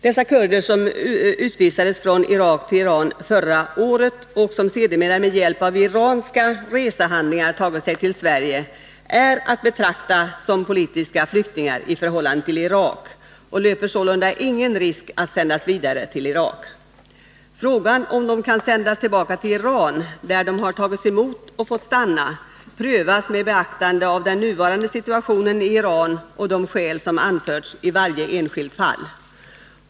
Dessa kurder, som utvisades från Irak till Iran förra året och som sedermera med hjälp av iranska resehandlingar tagit sig till Sverige, är att betrakta som politiska flyktingar i förhållande till Irak och löper sålunda ingen risk att sändas vidare till Irak. Frågan om de kan sändas tillbaka till Iran, där de har tagits emot och fått stanna, prövas med beaktande av den nuvarande situationen i Iran och de skäl som anförts i varje enskilt fall.